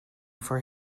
for